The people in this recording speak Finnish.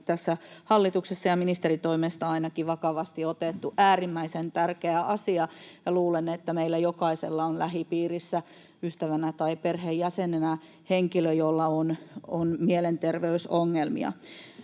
tässä hallituksessa ja ministerin toimesta ainakin vakavasti otettu — äärimmäisen tärkeä asia, ja luulen, että meillä jokaisella on lähipiirissä ystävänä tai perheenjäsenenä henkilö, jolla on mielenterveysongelmia.